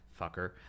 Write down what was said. Fucker